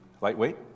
lightweight